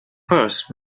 purse